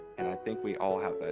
think we all have that